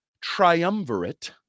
triumvirate